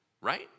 right